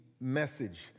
message